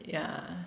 yeah